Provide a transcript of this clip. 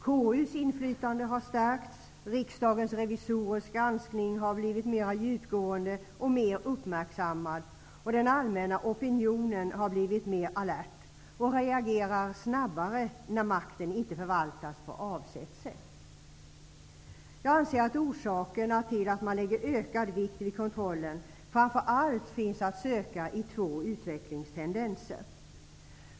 KU:s inflytande har stärkts, riksdagens revisorers granskning har blivit mera djupgående och mer uppmärksammad. Den allmänna opinionen har blivit mer alert och reagerar snabbare när makten inte förvaltas på avsett sätt. Jag anser att orsakerna till att man lägger ökad vikt vid kontrollen framför allt finns att söka i två utvecklingstendenser.